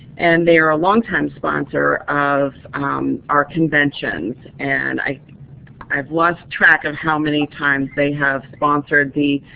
and they are a longtime sponsor of our convention. and i have lost track of how many times they have sponsored the